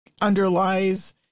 underlies